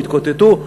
התקוטטו,